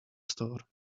store